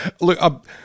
Look